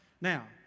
Now